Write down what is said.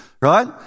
right